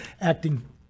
acting